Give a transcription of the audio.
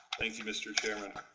thank you, mr. chairman,